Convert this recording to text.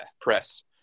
press